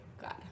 god